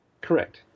Correct